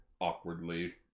awkwardly